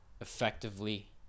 Effectively